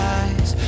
eyes